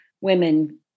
women